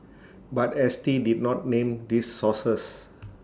but S T did not name these sources